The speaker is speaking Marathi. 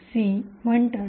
c म्हणतात